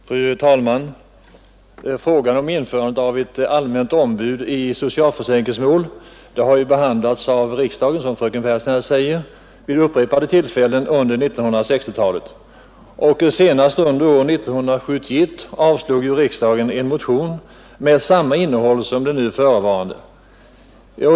Fru talman! Frågan om införande av ett allmänt ombud i socialförsäkringsmål har, som fröken Pehrsson här säger, behandlats av riksdagen vid upprepade tillfällen under 1960-talet, och senast under 1971 avslog riksdagen en motion med samma innehåll som den nu förevarande.